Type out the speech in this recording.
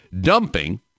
dumping